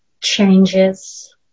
changes